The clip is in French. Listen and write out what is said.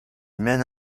mène